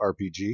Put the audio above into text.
RPG